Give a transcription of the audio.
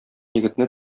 егетне